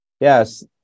Yes